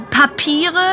Papiere